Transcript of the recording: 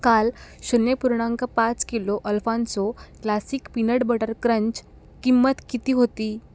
काल शून्य पूर्णांक पाच kilo Alphonso classic peanut butter crunch किंमत किती होती